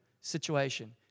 situation